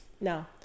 no